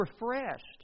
refreshed